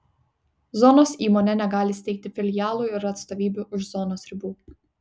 zonos įmonė negali steigti filialų ir atstovybių už zonos ribų